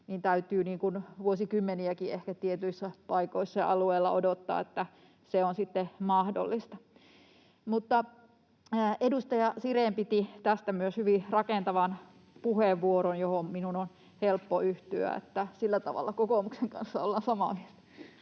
täytyy ehkä vuosikymmeniäkin tietyissä paikoissa ja alueilla odottaa, että se on sitten mahdollista. Edustaja Sirén piti tästä myös hyvin rakentavan puheenvuoron, johon minun on helppo yhtyä. Sillä tavalla kokoomuksen kanssa ollaan samaa mieltä.